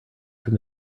from